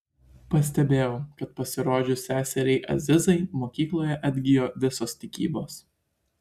pastebėjau kad pasirodžius seseriai azizai mokykloje atgijo visos tikybos